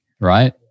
right